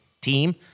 team